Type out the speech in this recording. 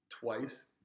twice